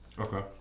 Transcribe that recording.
Okay